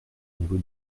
niveau